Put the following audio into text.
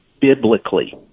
biblically